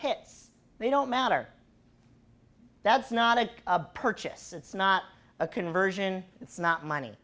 hits they don't matter that's not a purchase it's not a conversion it's not money